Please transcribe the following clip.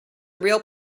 real